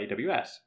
AWS